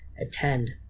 attend